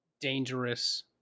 dangerous